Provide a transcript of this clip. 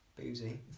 boozy